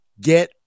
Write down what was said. get